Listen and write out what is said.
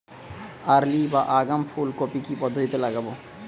Early বা আগাম ফুল কপি কি পদ্ধতিতে লাগাবো?